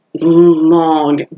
long